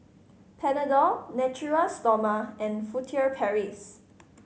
Panadol Natura Stoma and Furtere Paris